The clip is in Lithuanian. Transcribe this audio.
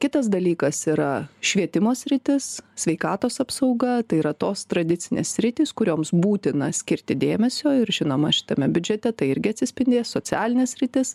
kitas dalykas yra švietimo sritis sveikatos apsauga tai yra tos tradicinės sritys kurioms būtina skirti dėmesio ir žinoma šitame biudžete tai irgi atsispindės socialinė sritis